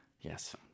yes